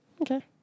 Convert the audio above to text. Okay